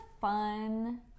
fun